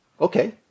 okay